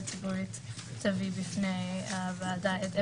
הציבורית תביא בפני הוועדה את עמדתה,